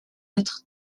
être